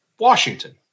Washington